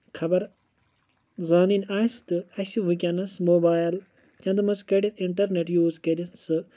خَبر زاننٕۍ اَسہِ تہٕ اَسہِ وٕکٮ۪نس موبایل چندٕ منٛز کٔڑِتھ اِنٹَرنٮ۪ٹ یوٗز کٔرِتھ سُہ